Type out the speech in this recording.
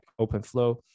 OpenFlow